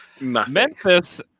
Memphis